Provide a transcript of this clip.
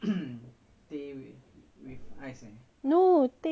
no teh with milk and ice